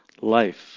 life